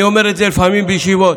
אני אומר את זה לפעמים בישיבות.